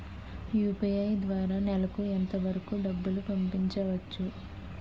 UPI ద్వారా నెలకు ఎంత వరకూ డబ్బులు పంపించవచ్చు?